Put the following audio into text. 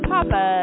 Papa